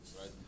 right